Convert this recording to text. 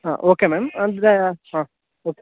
ಹಾಂ okay ma'am ಅಂದರೆ ಹಾಂ ಓಕೆ